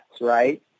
right